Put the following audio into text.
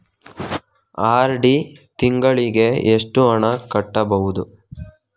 RD ತಿಂಗಳಿಗೆ ಎಷ್ಟು ಹಣ ಕಟ್ಟಬಹುದು?